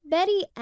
Betty